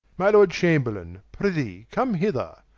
my lord chamberlaine, prethee come hither,